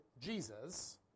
Jesus